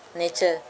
nature